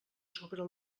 sobre